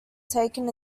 taken